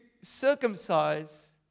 circumcise